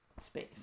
space